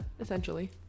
Essentially